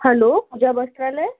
hello Jai Vastralaya